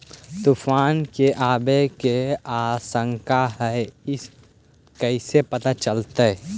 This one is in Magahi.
तुफान के आबे के आशंका है इस कैसे पता चलतै?